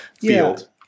field